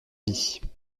vie